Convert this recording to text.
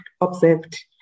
observed